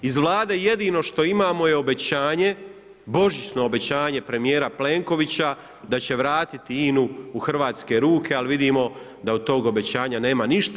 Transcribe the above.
Iz Vlade jedino što imamo je obećanje, božićno obećanje premijera Plenkovića da će vratiti u INA-u u hrvatske ruke ali vidimo da od tog obećanja nema ništa.